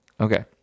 Okay